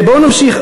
בואו נמשיך.